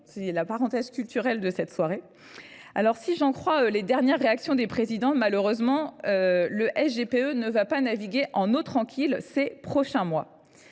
c’est la parenthèse culturelle de cette soirée ! Si j’en crois les dernières réactions des présidents de région, le SGPE ne va pas naviguer en eaux tranquilles au cours des prochains mois…